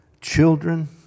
children